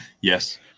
Yes